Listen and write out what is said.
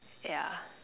yeah